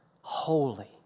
holy